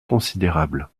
considérable